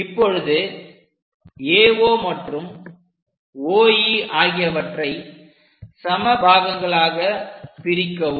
இப்பொழுது AO மற்றும் OE ஆகியவற்றை சம பாகங்களாக பிரிக்கவும்